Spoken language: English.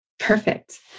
Perfect